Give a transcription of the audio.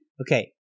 Okay